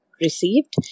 received